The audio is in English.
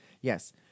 Yes